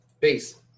Peace